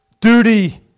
duty